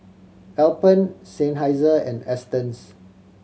Alpen Seinheiser and Astons